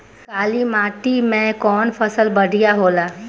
काली माटी मै कवन फसल बढ़िया होला?